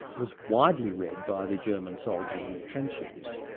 was widely read by the german soldiers in the trenches,